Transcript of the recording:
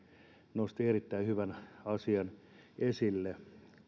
nosti erittäin hyvän asian esille